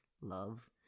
love